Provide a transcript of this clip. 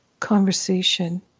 conversation